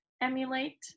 emulate